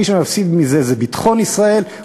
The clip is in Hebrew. מי שמפסיד מזה זה ביטחון ישראל,